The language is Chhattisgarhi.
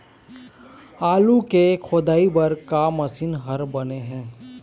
आलू के खोदाई बर का मशीन हर बने ये?